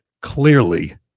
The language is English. Clearly